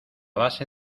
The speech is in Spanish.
base